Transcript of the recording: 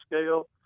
scale